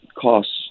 costs